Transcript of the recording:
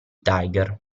tiger